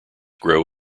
grow